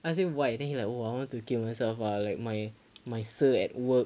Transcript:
I asked him why then he like oh I want to kill myself ah like my my sir at work